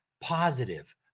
positive